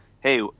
hey